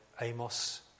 Amos